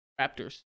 Raptors